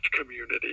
community